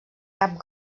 cap